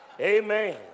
Amen